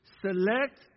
select